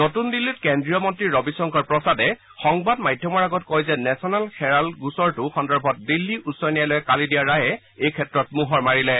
নতুন দিল্লীত কেন্দ্ৰীয় মন্ত্ৰী ৰবীশংকৰ প্ৰসাদে সংবাদমাধ্যমৰ আগত কয় যে নেশ্যনেল হেৰাল্ড গোচৰটো সন্দৰ্ভত দিল্লী উচ্চ ন্যায়ালয়ে কালি দিয়া ৰায়ে এই ক্ষেত্ৰত মোহৰ মাৰিলে